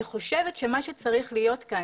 אני חושבת שמה שצריך להיות כאן,